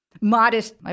modest